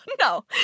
No